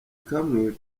kamwe